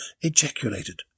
ejaculated